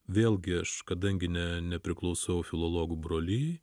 vėlgi aš kadangi ne nepriklausau filologų brolijai